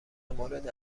مورد